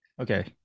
Okay